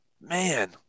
Man